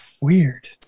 weird